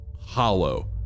hollow